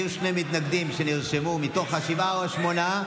שיהיו שני מתנגדים שנרשמו מתוך השבעה או השמונה.